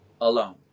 alone